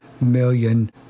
million